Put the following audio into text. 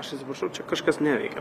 aš atsiprašau čia kažkas neveikia